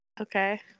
Okay